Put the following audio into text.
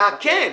להקל.